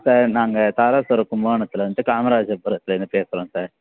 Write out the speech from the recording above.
இப்போ நாங்கள் தாராசுரம் கும்பகோணத்தில் இருந்து காமராஜபுரத்துலேருந்து பேசுகிறோம் சார்